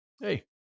Hey